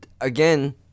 again